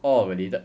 oh really the